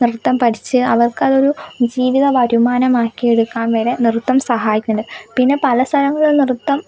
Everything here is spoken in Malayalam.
നൃത്തം പഠിച്ച് അവര്ക്ക് അതൊരു ജീവിത വരുമാനമാക്കിയെടുക്കാന് വരെ നൃത്തം സഹായിക്കുന്നുണ്ട് പിന്നെ പല സ്ഥലങ്ങളിലും നൃത്തം